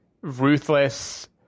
ruthless